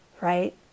right